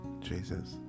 Jesus